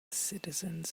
citizens